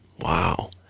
Wow